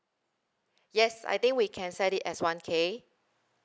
yes I think we can set it as one K